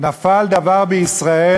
נפל דבר בישראל,